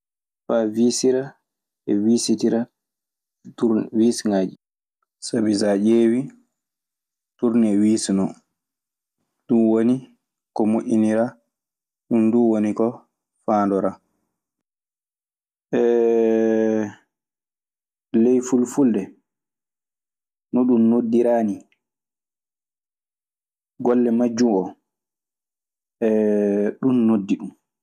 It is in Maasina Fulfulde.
Faa wiisira e wiisitiraa turnewiisiŋaaji. Sabi so ƴeewii turnewiisi non, ɗun woniko moƴƴiniraa. Ɗun duu woni ko faandoraa. Ley fulfulde no ɗun noddiraa nii. Golle majjun oo ɗun noddi ɗun.